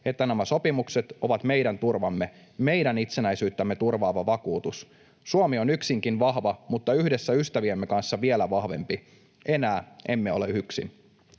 että nämä sopimukset ovat meidän turvamme, meidän itsenäisyyttämme turvaava vakuutus. Suomi on yksinkin vahva mutta yhdessä ystäviemme kanssa vielä vahvempi. Enää emme ole yksin.